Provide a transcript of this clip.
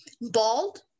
bald